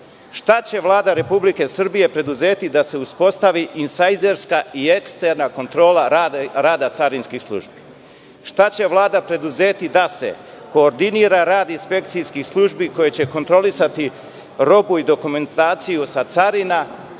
Šta će Vlada Republike Srbije preduzeti da se uspostavi insajderska i eksterna kontrola rada carinskih službi? Šta će Vlada preduzeti da se koordinira rad inspekcijskih službi, koje će kontrolisati robu i dokumentaciju sa carina